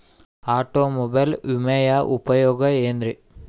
Automobile ವಿಮೆಯ ಉಪಯೋಗ ಏನ್ರೀ?